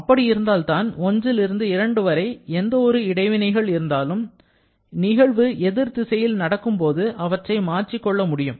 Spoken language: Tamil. அப்படி இருந்தால் தான் 1ல் இருந்து 2 வரை எந்த ஒரு இடைவினைகள் இருந்தாலும் நிகழ்வு எதிர் திசையில் நடக்கும் போது அவற்றை மாற்றிக்கொள்ள முடியும்